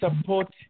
support